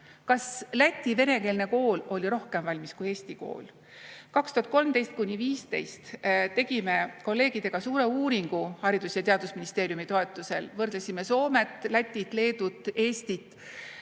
Kas Läti venekeelne kool oli rohkem valmis kui Eesti [venekeelne] kool? 2013–2015 tegime kolleegidega suure uuringu Haridus‑ ja Teadusministeeriumi toetusel, võrdlesime Soomet, Lätit, Leedut, Eestit,